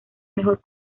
mejor